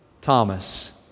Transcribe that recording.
Thomas